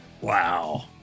Wow